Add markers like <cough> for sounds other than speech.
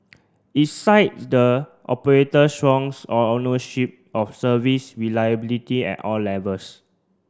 it size the operator strong <unintelligible> ownership of service reliability at all levels